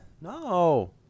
No